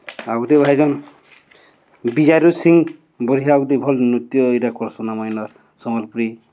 ଆଉ ଗୁଟେ ବାହାରିଚନ୍ ବିଜୟରୁ ସିଂ ବାରିହା ଗୁଟେ ଭଲ୍ ନୃତ୍ୟ ଇଟା କର୍ସନ୍ ଆମର୍ ଇନ ସମ୍ବଲପୁରୀ